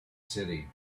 city